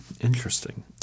Interesting